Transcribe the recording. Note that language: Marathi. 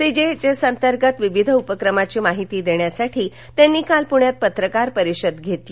सी जी एव एस अंतर्गत विविध उपक्रमांची माहिती देण्यासाठी त्यांनी काल पुण्यात पत्रकार परिषद घेतली